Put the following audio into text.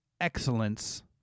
excellence